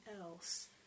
else